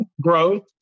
growth